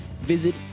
Visit